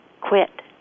quit